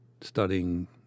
studying